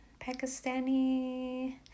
pakistani